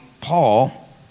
Paul